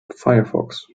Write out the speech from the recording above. firefox